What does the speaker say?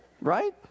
Right